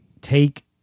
take